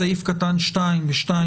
בסעיף קטן 2(2)